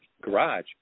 garage